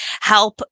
help